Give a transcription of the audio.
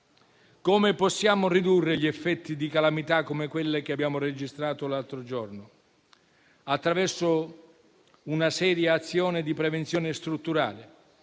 Possiamo ridurre gli effetti di calamità come quelle che abbiamo registrato l'altro giorno attraverso una seria azione di prevenzione strutturale